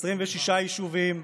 26 ישובים,